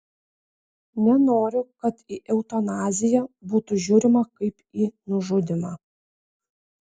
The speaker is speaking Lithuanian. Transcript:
nenoriu kad į eutanaziją būtų žiūrimą kaip į nužudymą